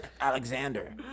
Alexander